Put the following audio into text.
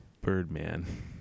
Birdman